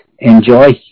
Enjoy